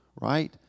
Right